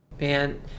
Man